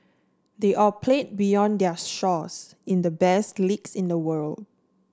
they all play beyond their shores in the best leagues in the world